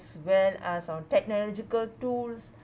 as well as on technological tools